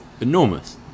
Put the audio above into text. enormous